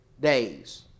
days